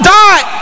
die